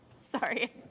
sorry